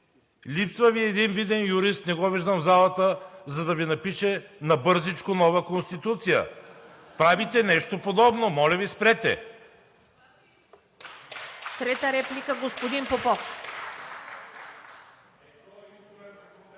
Липсва Ви един виден юрист, не го виждам в залата, за да Ви напише набързичко нова Конституция. Правите нещо подобно. Моля Ви, спрете.